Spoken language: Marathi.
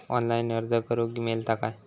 ऑनलाईन अर्ज करूक मेलता काय?